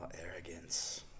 arrogance